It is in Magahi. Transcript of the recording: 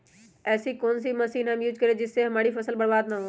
ऐसी कौन सी मशीन हम यूज करें जिससे हमारी फसल बर्बाद ना हो?